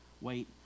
wait